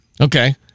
Okay